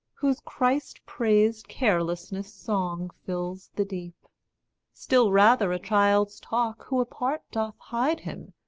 whose christ-praised carelessness song-fills the deep still rather a child's talk who apart doth hide him,